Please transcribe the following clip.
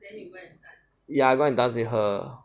ya I go and dance with her